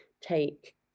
take